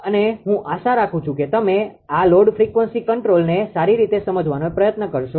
અને હું આશા રાખું છું કે તમે આ લોડ ફ્રીક્વન્સી કંટ્રોલને સારી રીતે સમજવાનો પ્રયત્ન કરશો